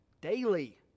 daily